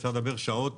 אפשר לדבר שעות